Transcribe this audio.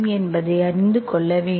என்பதை அறிந்து கொள்ள வேண்டும்